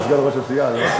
הוא גם סגן ראש הסיעה, לא?